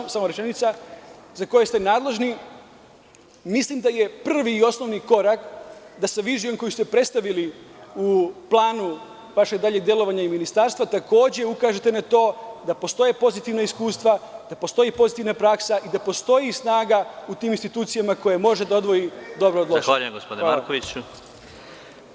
Još jednu rečenicu. … za koje ste nadležni, mislim da je prvi i osnovni korak da sa vizijom koju ste predstavili u planu vašeg daljeg delovanja i ministarstva, takođe, ukažete na to da postoje pozitivna iskustva, da postoji pozitivna praksa i da postoji snaga u tim institucijama koja može da odvoji dobro od lošeg.